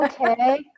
okay